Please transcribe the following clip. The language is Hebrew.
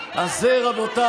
איתנו או עם ברק.